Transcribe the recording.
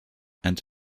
and